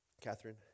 Catherine